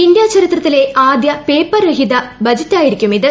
ഇന്ത്യാചരിത്രത്തിലെ ആദൃ പേപ്പർ രഹിത ബജറ്റായിരിക്കും ഇത്